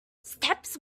steps